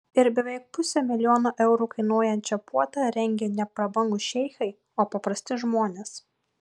ir beveik pusę milijono eurų kainuojančią puotą rengė ne prabangūs šeichai o paprasti žmonės